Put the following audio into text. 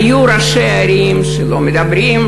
היו ראשי ערים שלא דיברו,